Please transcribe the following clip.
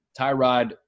Tyrod